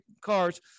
cars